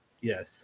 Yes